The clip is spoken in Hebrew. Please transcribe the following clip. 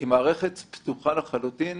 היא מערכת פתוחה לחלוטין.